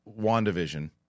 WandaVision